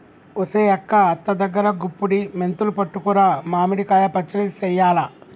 ఒసెయ్ అక్క అత్త దగ్గరా గుప్పుడి మెంతులు పట్టుకురా మామిడి కాయ పచ్చడి సెయ్యాల